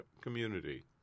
community